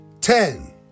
Ten